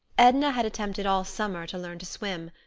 edna had attempted all summer to learn to swim.